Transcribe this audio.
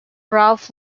ralph